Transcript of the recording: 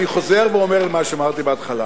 אני חוזר ואומר את מה שאמרתי בהתחלה.